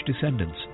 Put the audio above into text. descendants